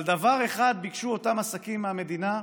אבל דבר אחד ביקשו אותם עסקים מהמדינה,